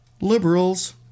Liberals